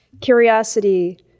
curiosity